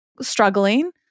struggling